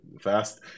fast